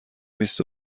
بیست